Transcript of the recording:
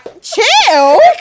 Chill